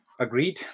agreed